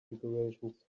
decorations